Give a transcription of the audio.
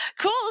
Cool